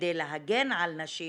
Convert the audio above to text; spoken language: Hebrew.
כדי להגן על נשים